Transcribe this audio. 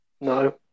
No